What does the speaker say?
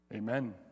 Amen